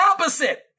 opposite